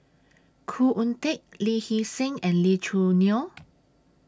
Khoo Oon Teik Lee Hee Seng and Lee Choo Neo